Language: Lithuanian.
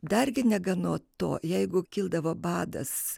dargi negana to jeigu kildavo badas